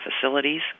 facilities